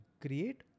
create